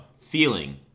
feeling